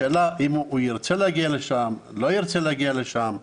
השאלה אם הוא ירצה להגיע לשם או לא ירצה להגיע לשם.